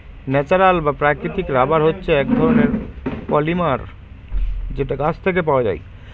natural বা প্রাকৃতিক rubber হচ্ছে এক রকমের পলিমার যেটা গাছ থেকে পাওয়া যায়